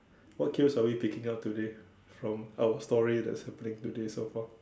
what cues are we picking up today from our story that is happening today so far